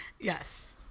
yes